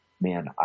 man